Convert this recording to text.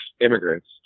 immigrants